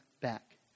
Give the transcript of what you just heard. back